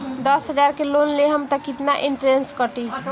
दस हजार के लोन लेहम त कितना इनट्रेस कटी?